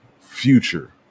future